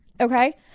Okay